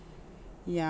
yeah